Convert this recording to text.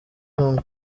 hong